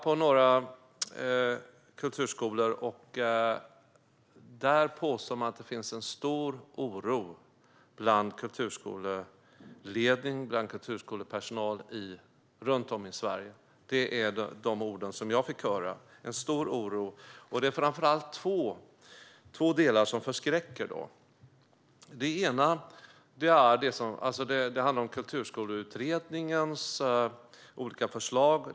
På de kulturskolor som jag har besökt säger man att det finns en stor oro hos ledning och personal på kulturskolorna runt om i Sverige. Det är framför allt två förslag av Kulturskoleutredningen som oroar.